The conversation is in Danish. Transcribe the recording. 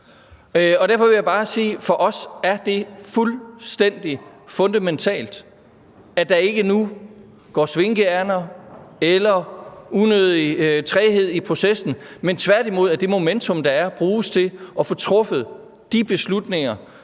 Derfor vil jeg bare sige, at for os er det fuldstændig fundamentalt, at der ikke nu går svinkeærinder eller unødig træghed i processen, men at det momentum, der er, tværtimod bruges til at få truffet de beslutninger,